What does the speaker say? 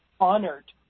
honored